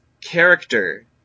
character